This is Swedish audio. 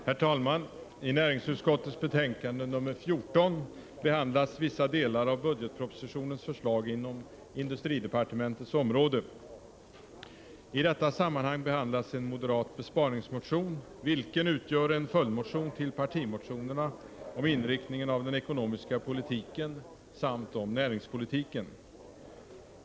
Herr talman! I näringsutskottets betänkande nr 14 behandlas vissa delar av budgetpropositionens förslag inom industridepartementets område. I detta sammanhang behandlas en moderat besparingsmotion, vilken utgör en följdmotion till partimotionerna om inriktningen av den ekonomiska politiken samt om näringspolitiken.